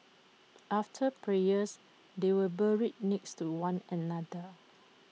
after prayers they were buried next to one another